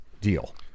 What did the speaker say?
deal